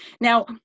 Now